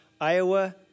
Iowa